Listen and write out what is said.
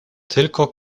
tylko